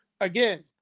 Again